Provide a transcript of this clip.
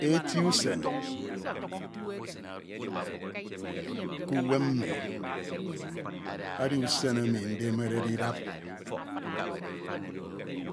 Eti usen ke uwem mmi edi usen emi ndemerede idap